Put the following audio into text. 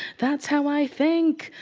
that's how i think.